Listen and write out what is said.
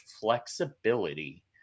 flexibility